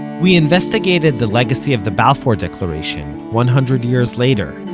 we investigated the legacy of the balfour declaration, one hundred years later,